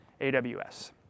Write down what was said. AWS